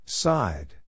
Side